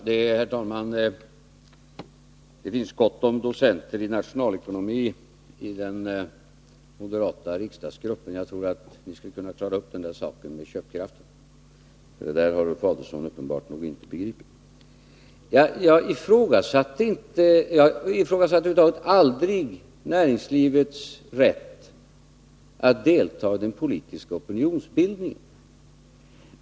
Herr talman! Det finns gott om docenter i nationalekonomi iden moderata riksdagsgruppen, och jag tror att de skulle kunna klara ut den här saken med köpkraften. Ulf Adelsohn har uppenbarligen inte begripit den här frågan. Jag ifrågasatte över huvud taget aldrig näringslivets rätt att delta i den politiska opinionsbildningen.